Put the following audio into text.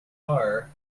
are